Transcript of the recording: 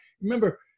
Remember –